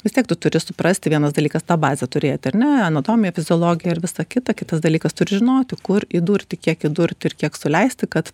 vis tiek tu turi suprasti vienas dalykas tą bazę turėti ar ne anatomiją fiziologiją ir visa kita kitas dalykas turi žinoti kur įdurti kiek įdurti ir kiek suleisti kad